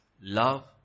love